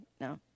No